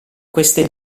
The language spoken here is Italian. queste